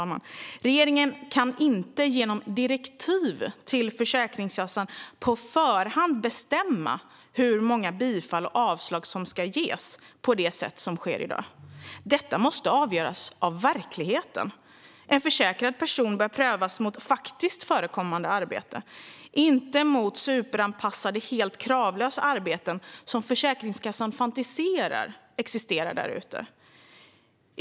Regeringen kan inte genom direktiv till Försäkringskassan på förhand bestämma hur många bifall och avslag som ska ges på det sätt som sker i dag. Detta måste avgöras av verkligheten. En försäkrad person bör prövas mot faktiskt förekommande arbete, inte mot superanpassade helt kravlösa arbeten som Försäkringskassan fantiserar om existerar där ute.